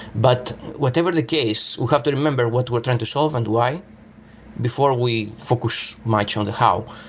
but whatever the case, we have to remember what we're trying to solve and why before we focus much on the how.